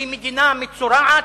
היא מדינה מצורעת,